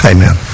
Amen